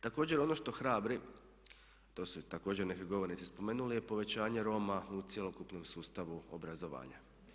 Također ono što hrabri, to su također neki govornici spomenuli, je povećanje Roma u cjelokupnom sustavu obrazovanja.